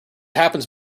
happens